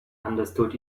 understood